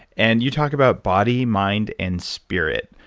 and you talk about body, mind, and spirit.